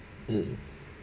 mm